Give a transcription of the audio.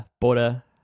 border